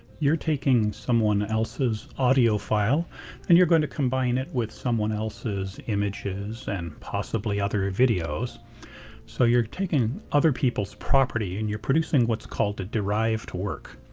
you're taking someone else's audio file and you're going to combine it with someone else's images and possibly other ah videos so you're taking other people's property and you're producing what's called a derived work.